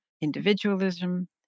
individualism